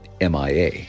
MIA